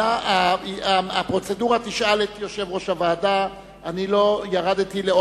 הרי היו לו הסתייגויות על אותו סעיף.